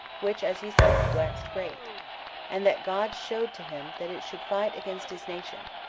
which as he said, waxed great and that god showed to him that it should fight against his nation,